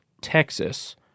Texas